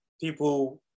people